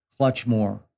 Clutchmore